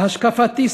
להשקפתי,